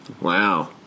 Wow